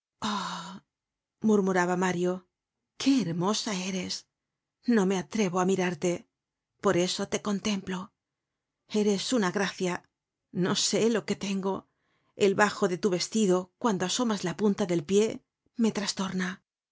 murmuraba mario qué hermosa eres no me atrevo á mirarte por eso te contemplo eres una gracia no sé lo que tengo el bajo de tu vestido cuando asomas la punta del pié me trastorna